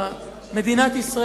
מדינת ישראל